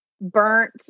burnt